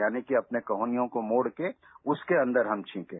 यानि कि अपने कोहनियों को मोडकर उसके अन्दर हम छींकें